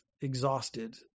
exhausted